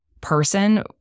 person